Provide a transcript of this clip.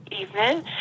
evening